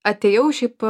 atėjau šiaip